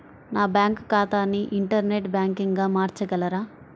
నా బ్యాంక్ ఖాతాని ఇంటర్నెట్ బ్యాంకింగ్గా మార్చగలరా?